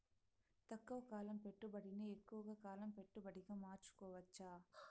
తక్కువ కాలం పెట్టుబడిని ఎక్కువగా కాలం పెట్టుబడిగా మార్చుకోవచ్చా?